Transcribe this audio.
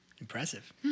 impressive